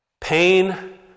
Pain